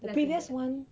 less than that